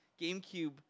GameCube